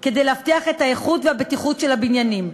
כדי להבטיח את האיכות והבטיחות של הבניינים.